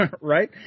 right